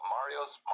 Mario's